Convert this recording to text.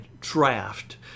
draft